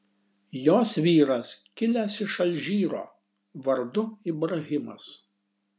jos vyras kilęs iš alžyro vardu ibrahimas